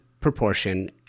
proportion